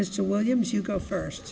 mr williams you go first